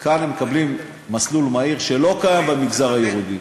כאן הם מקבלים מסלול מהיר שלא קיים במגזר היהודי.